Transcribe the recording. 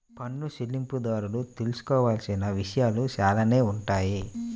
పన్ను చెల్లింపుదారులు తెలుసుకోవాల్సిన విషయాలు చాలానే ఉంటాయి